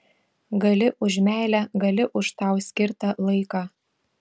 gali už meilę gali už tau skirtą laiką